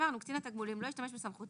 אמרנו ש"קצין התגמולים לא ישתמש בסמכותו